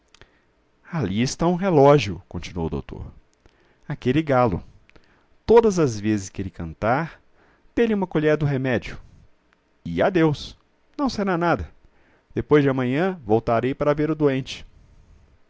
ali está um relógio continuou o doutor aquele galo todas as vezes que ele cantar dê-lhe uma colher do remédio e adeus não será nada depois de amanhã voltarei para ver o doente